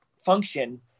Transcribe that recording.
function